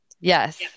Yes